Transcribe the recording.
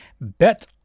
Bet